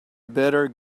better